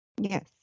Yes